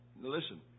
Listen